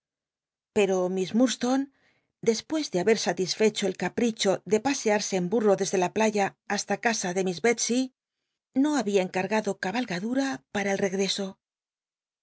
ero miss murdstonc dcspucs de haber satisfecho el ca l'icho de pasearse en bnrro desde la playa hast l casa de miss betsey no babia cnc lrgad o c balgodura para el rcgreso